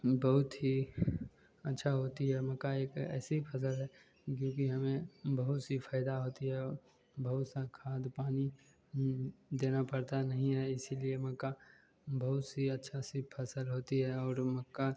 बहुत ही अच्छी होती है मक्का एक ऐसी फ़सल है क्योंकि हमें बहुत से फ़ायदे होते हैं बहुत सा खाद पानी देना पड़ता नहीं हैं इसी लिए मक्का बहुत सी अच्छी सी फ़सल होती है और मक्का